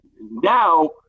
Now